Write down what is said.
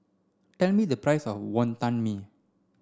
tell me the price of Wonton Mee